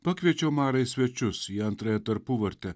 pakviečiau marą į svečius į antrąją tarpuvartę